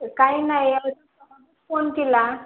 काही नाही अगं सहजच फोन केला